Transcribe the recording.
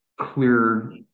clear